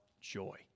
joy